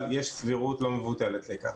אבל יש סבירות לא מבוטלת לכך,